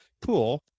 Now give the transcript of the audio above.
pool